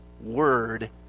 word